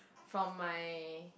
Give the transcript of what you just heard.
from my